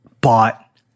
bought